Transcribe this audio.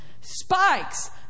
Spikes